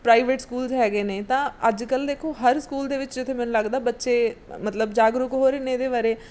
private schools ਹੈਗੇ ਨੇ ਤਾਂ ਅੱਜ ਕੱਲ੍ਹ ਦੇਖੋ ਹਰ ਸਕੂਲ ਦੇ ਵਿੱਚ ਜਿੱਥੇ ਮੈਨੂੰ ਲੱਗਦਾ ਬੱਚੇ ਮਤਲਬ ਜਾਗਰੂਕ ਹੋ ਰਹੇ ਨੇ ਇਹਦੇ ਬਾਰੇ